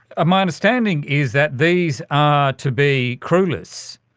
my understanding is that these are to be crewless,